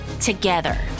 together